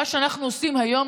מה שאנחנו עושים היום,